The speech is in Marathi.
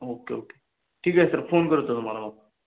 ओके ओके ठीक आहे सर फोन करतो तुम्हाला मग